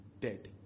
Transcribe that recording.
dead